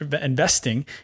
investing